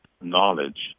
knowledge